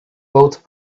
both